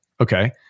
okay